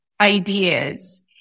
ideas